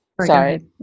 sorry